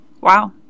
wow